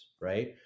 right